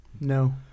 No